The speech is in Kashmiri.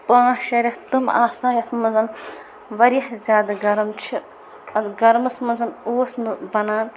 پانٛژھ شےٚ رٮ۪تھ تِم آسان یَتھ منٛز واریاہ زیادٕ گَرم چھِ اَ گَرمس منٛز اوس نہٕ بَنان